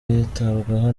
yitabwaho